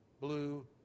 blue